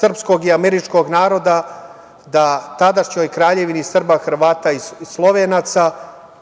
srpskog i američkog naroda, da tadašnjoj Kraljevini Srba, Hrvata i Slovenaca,